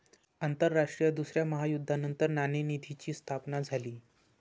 आंतरराष्ट्रीय दुसऱ्या महायुद्धानंतर नाणेनिधीची स्थापना झाली